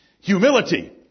Humility